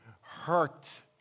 hurt